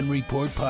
Report